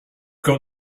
got